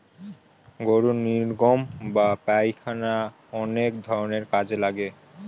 গরুর নির্গমন বা পায়খানা অনেক ধরনের কাজে লাগে